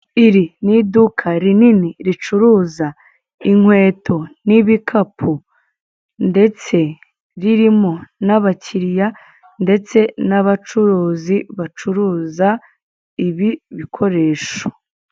Iri ni iduka rinini ricuruza inkweto n'ibikapu, ndetse ririmo n'abakiliya, ndetse n'abacuruzi bacuruza ibi bikoresho.